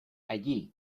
allí